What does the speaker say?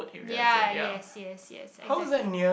ya yes yes yes exactly